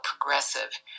progressive